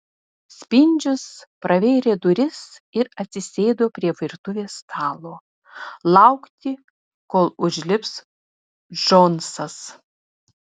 spindžius pravėrė duris ir atsisėdo prie virtuvės stalo laukti kol užlips džonsas